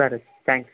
సరే థ్యాంక్స్